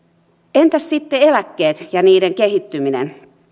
entäs sitten eläkkeet ja niiden kehittyminen myöskin